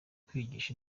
kwigisha